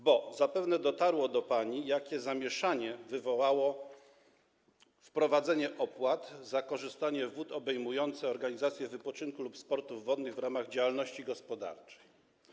Bo zapewne dotarło do pani, jakie zamieszanie wywołało wprowadzenie opłat za korzystanie z wód obejmujące organizacje wypoczynku lub sportów wodnych w ramach działalności gospodarczej.